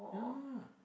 ya